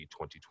2020